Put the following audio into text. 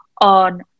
on